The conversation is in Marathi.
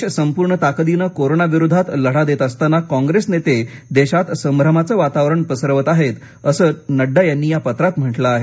देश संपूर्ण ताकदीनं कोरोना विरोधात लढा देत असताना कॉंग्रेस नेते देशात संभ्रमाचं वातावरण पसरवत आहेत असं नड्डा यांनी या पत्रात म्हटलं आहे